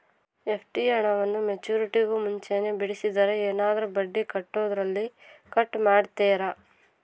FD ಹಣವನ್ನು ಮೆಚ್ಯೂರಿಟಿಗೂ ಮುಂಚೆನೇ ಬಿಡಿಸಿದರೆ ಏನಾದರೂ ಬಡ್ಡಿ ಕೊಡೋದರಲ್ಲಿ ಕಟ್ ಮಾಡ್ತೇರಾ?